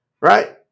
right